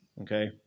Okay